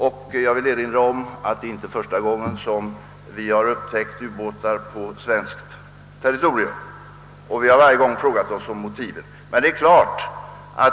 Jag vill också erinra om att detta inte är första gången som ubåtar upptäckts på svenskt territorium och vi har varje gång undrat över motiven.